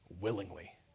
willingly